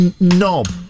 knob